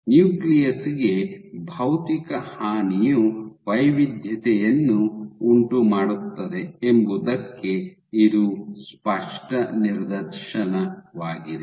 nucleus ಗೆ ಭೌತಿಕ ಹಾನಿಯು ವೈವಿಧ್ಯತೆಯನ್ನು ಉಂಟುಮಾಡುತ್ತದೆ ಎಂಬುದಕ್ಕೆ ಇದು ಸ್ಪಷ್ಟ ಪ್ರದರ್ಶನವಾಗಿದೆ